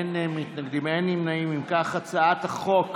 הצעת חוק